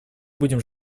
будем